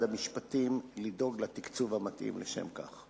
המשפטים לדאוג לתקצוב המתאים לשם כך.